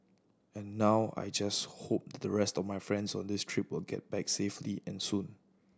and now I just hope that the rest of my friends on this trip of get back safely and soon